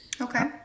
okay